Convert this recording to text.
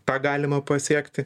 tą galima pasiekti